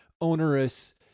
onerous